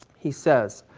he says,